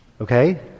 Okay